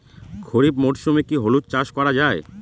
খরিফ মরশুমে কি হলুদ চাস করা য়ায়?